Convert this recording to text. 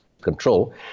Control